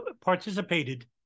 participated